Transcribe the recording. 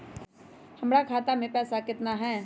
हमर खाता मे पैसा केतना है?